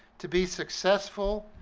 to be successful,